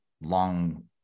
long